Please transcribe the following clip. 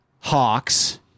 hawks